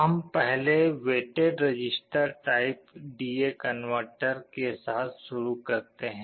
हम पहले weighted register type D A converter के साथ शुरू करते हैं